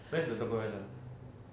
where's the toko warisan